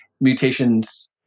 Mutations